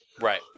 Right